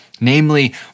namely